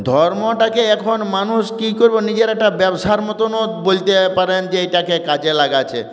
ধর্মটাকে এখন মানুষ কী করব নিজের একটা ব্যবসার মতনও বলতে পারেন যে এটাকে কাজে লাগাচ্ছে